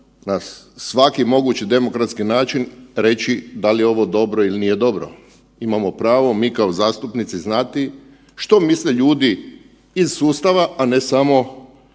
na svaki mogući demokratski način reći da li je ovo dobro ili nije dobro. Imamo pravo mi kao zastupnici znati što misle ljude iz sustava, a ne samo